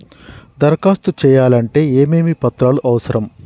దరఖాస్తు చేయాలంటే ఏమేమి పత్రాలు అవసరం?